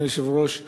אדוני היושב-ראש,